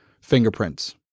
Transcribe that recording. fingerprints